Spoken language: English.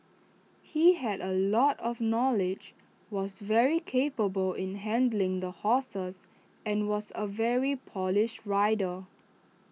he had A lot of knowledge was very capable in handling the horses and was A very polished rider